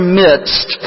midst